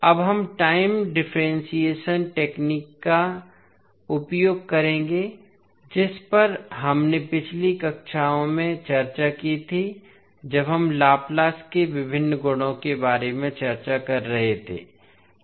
अब हम time differentiation तकनीक का उपयोग करेंगे जिस पर हमने पिछली कक्षाओं में चर्चा की थी जब हम लाप्लास के विभिन्न गुणों के बारे में चर्चा कर रहे थे